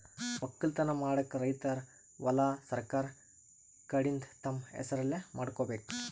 ವಕ್ಕಲತನ್ ಮಾಡಕ್ಕ್ ರೈತರ್ ಹೊಲಾ ಸರಕಾರ್ ಕಡೀನ್ದ್ ತಮ್ಮ್ ಹೆಸರಲೇ ಮಾಡ್ಕೋಬೇಕ್